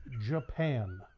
Japan